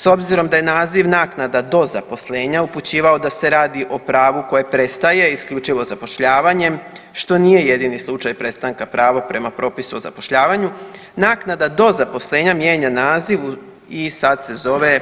S obzirom da je naziv naknada do zaposlenja upućivao da se radi o pravu koje prestaje isključivo zapošljavanjem što nije jedini slučaj prestanka prava prema propisu o zapošljavanju, naknada do zaposlenja mijenja naziv i sad se zove